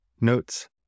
Notes